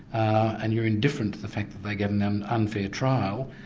and you're indifferent to the fact that they get an um unfair trial,